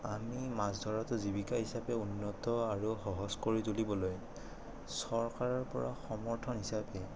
আমি মাছ ধৰাতো জীৱিকা হিচাপে উন্নত আৰু সহজ কৰি তুলিবলৈ চৰকাৰৰ পৰা সমৰ্থন হিচাপে